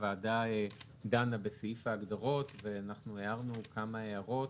הוועדה דנה בסעיף ההגדרות ואנחנו הערנו כמה הערות.